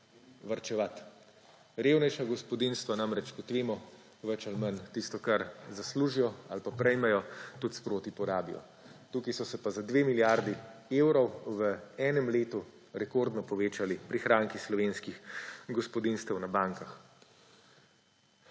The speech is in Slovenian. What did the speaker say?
varčevati. Revnejša gospodinjstva, kot vemo, več ali manj tisto, kar zaslužijo ali pa prejmejo, tudi sproti porabijo. Tukaj so se pa za 2 milijardi evrov v enem letu rekordno povečali prihranki slovenskih gospodinjstev na bankah.